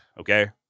okay